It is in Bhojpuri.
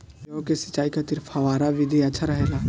जौ के सिंचाई खातिर फव्वारा विधि अच्छा रहेला?